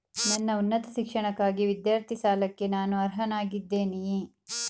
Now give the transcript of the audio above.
ನನ್ನ ಉನ್ನತ ಶಿಕ್ಷಣಕ್ಕಾಗಿ ವಿದ್ಯಾರ್ಥಿ ಸಾಲಕ್ಕೆ ನಾನು ಅರ್ಹನಾಗಿದ್ದೇನೆಯೇ?